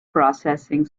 processing